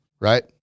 right